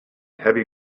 heavy